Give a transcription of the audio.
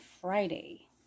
Friday